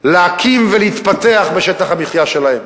להקים ולהתפתח בשטח המחיה שלהם.